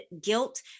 guilt